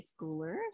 schoolers